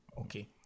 Okay